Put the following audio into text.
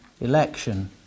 election